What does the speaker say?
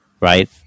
right